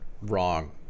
wrong